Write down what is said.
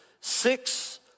six